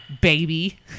baby